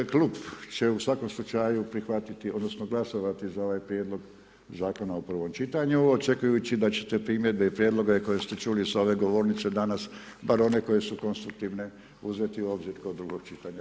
Klub će u svakom slučaju prihvatiti, odnosno glasovati za ovaj Prijedlog zakona u prvom čitanju, očekujući da ćete primjedbe i prijedloge koje ste čuli sa ove govornice danas bar one koje su konstruktivne uzeti u obzir kod drugog čitanja.